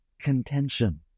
contention